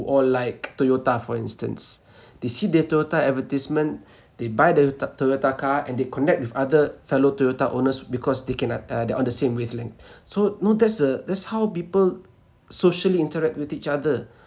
all like toyota for instance they see their toyota advertisement they buy the ta~ toyota car and they connect with other fellow toyota owners because they cannot uh they're on the same wavelength so know that's the that's how people socially interact with each other